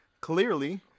clearly